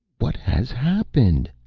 what has happened?